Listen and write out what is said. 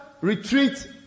retreat